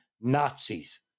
Nazis